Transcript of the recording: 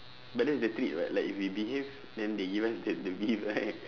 but that's the treat [what] like if we behave then they give us the the beef right